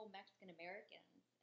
Mexican-Americans